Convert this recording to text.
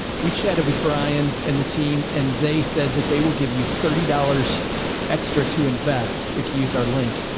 we chatted with brian and the team, and they said that they will give you thirty dollars extra to invest if you use our link.